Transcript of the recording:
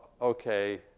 Okay